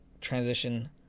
transition